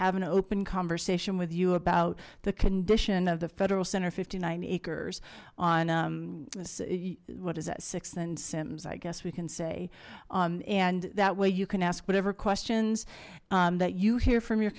have an open conversation with you about the condition of the federal center fifty nine acres on what is that th and sims i guess we can say and that way you can ask whatever questions that you hear from your